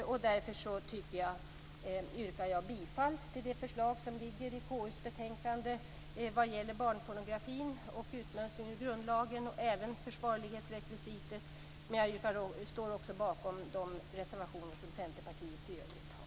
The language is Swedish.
Därför yrkar jag bifall till KU:s förslag vad gäller barnpornografin och utmönstringen ur grundlagen samt försvarlighetsrekvisitet. I övrigt står jag bakom de reservationer som Centerpartiet har lagt fram.